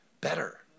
Better